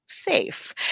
safe